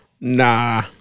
Nah